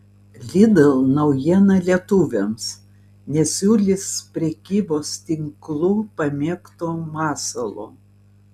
lidl naujiena lietuviams nesiūlys prekybos tinklų pamėgto masalo